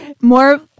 More